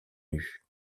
nue